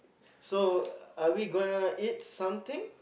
so are we gonna eat something